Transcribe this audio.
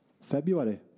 February